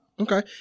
Okay